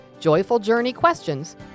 joyfuljourneyquestions